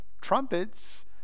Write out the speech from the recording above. trumpets